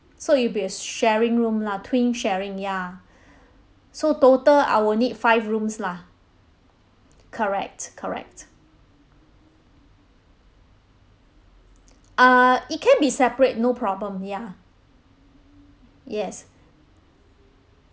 so it'll be a sharing room lah twin sharing ya so total I will need five rooms lah correct correct err it can be separate no problem ya yes